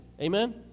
Amen